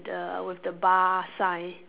the with the bar sign